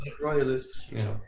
Royalist